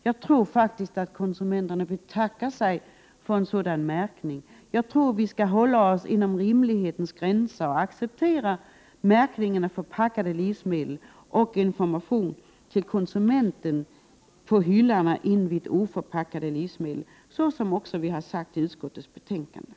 Jagtror faktiskt att konsumenterna betackar sig för en sådan märkning och att vi skall hålla oss inom rimlighetens gränser och acceptera märkning av förpackade livsmedel samt information till konsumenterna på hyllorna invid oförpackade livsmedel, så som vi också har sagt i utskottets betänkande.